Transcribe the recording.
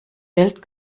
welt